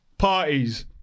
parties